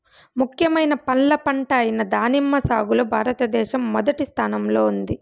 ముఖ్యమైన పండ్ల పంట అయిన దానిమ్మ సాగులో భారతదేశం మొదటి స్థానంలో ఉంది